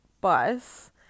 bus